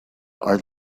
are